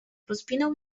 rozpinał